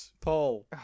Paul